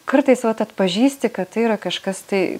kartais vat atpažįsti kad tai yra kažkas tai